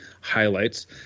highlights